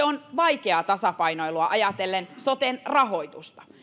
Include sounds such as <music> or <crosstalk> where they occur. <unintelligible> on vaikeaa ajatellen soten rahoitusta